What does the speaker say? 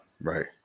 Right